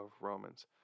Romans